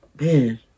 Man